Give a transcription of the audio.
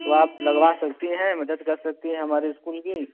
तो आप लगवा सकती हैं मदद कर सकती है हमारे इस्कूल की